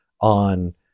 on